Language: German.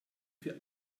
für